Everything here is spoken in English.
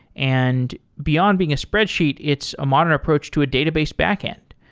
and beyond being a spreadsheet, it's a modern approach to a database backend.